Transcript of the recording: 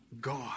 God